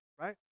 right